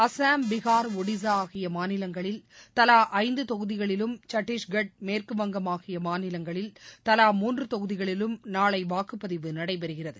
அஸ்ஸாம் பீகா் ஒடிஸாஆகியமாநிலங்களில் தலாஐந்துதொகுதிகளிலும் சத்திஷ்கா் மேற்குவங்கம் ஆகியமாநிலங்களில் தவா மூன்றுதொகுதிகளிலும் நாளைவாக்குப்பதிவு நடைபெறுகிறது